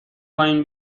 پایین